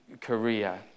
Korea